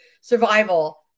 survival